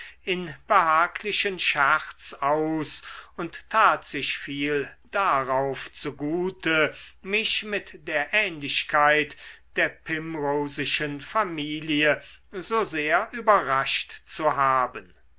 in behaglichen scherz aus und tat sich viel darauf zugute mich mit der ähnlichkeit der primrosischen familie so sehr überrascht zu haben